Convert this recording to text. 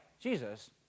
Jesus